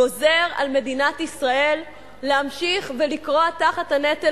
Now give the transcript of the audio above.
גוזר על מדינת ישראל להמשיך לכרוע תחת הנטל